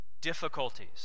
difficulties